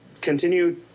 continue